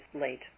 late